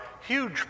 huge